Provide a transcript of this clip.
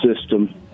system